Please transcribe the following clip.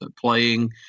playing